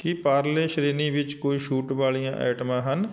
ਕੀ ਪਾਰਲੇ ਸ਼੍ਰੇਣੀ ਵਿੱਚ ਕੋਈ ਛੂਟ ਵਾਲੀਆਂ ਆਈਟਮਾਂ ਹਨ